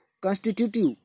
constitutive